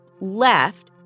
left